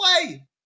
play